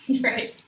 right